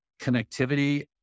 connectivity